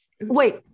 Wait